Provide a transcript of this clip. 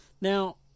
Now